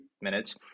minutes